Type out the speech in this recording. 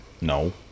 No